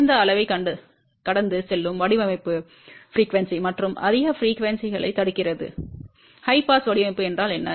குறைந்த அளவைக் கடந்து செல்லும் வடிவமைப்பு அதிர்வெண் மற்றும் அதிக அதிர்வெண்ணைத் தடுக்கிறது உயர் பாஸ் வடிவமைப்பு என்றால் என்ன